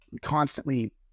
constantly